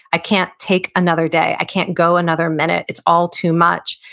i can't take another day, i can't go another minute, it's all too much,